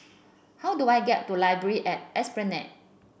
how do I get to library at Esplanade